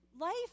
Life